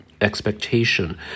expectation